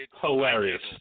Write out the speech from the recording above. hilarious